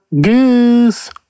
goose